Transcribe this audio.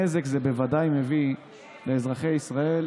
נזק זה בוודאי מביא לאזרחי ישראל,